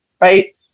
right